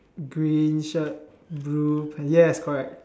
green shirt blue pants yes correct